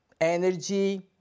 energy